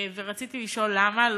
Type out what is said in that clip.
ורציתי לשאול למה.